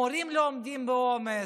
המורים לא עומדים בעומס,